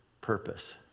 purpose